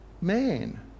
man